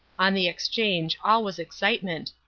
on the exchange all was excitement.